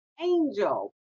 Angel